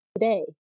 Today